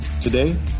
Today